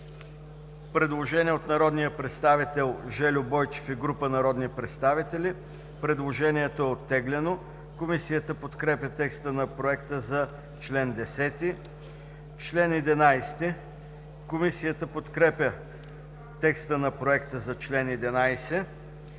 предложение от народния представител Жельо Бойчев и група народни представители. Предложението е оттеглено. Комисията подкрепя текста на проекта за чл. 10. Комисията подкрепя текста на проекта за чл. 11.